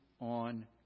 on